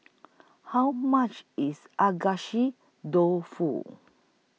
How much IS Dofu